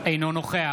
אינו נוכח